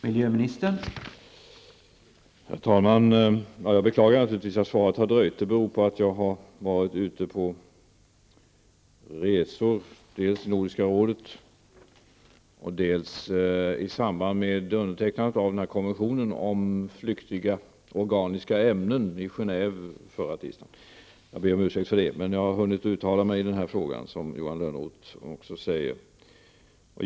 Herr talman! Jag beklagar att svaret har dröjt. Det beror på att jag har varit ute på resor, dels i Nordiska rådet, dels i samband med undertecknandet i Genève förra tisdagen av konventionen om flyktiga organiska ämnen. Jag ber om ursäkt för det, men nu har jag hunnit uttala mig i den här frågan, som Johan Lönnroth också påpekar.